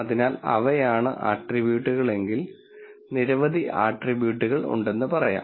അതിനാൽ അവയാണ് ആട്രിബ്യൂട്ടുകളെങ്കിൽ നിരവധി ആട്രിബ്യുട്ടുകൾ ഉണ്ടെന്ന് പറയാം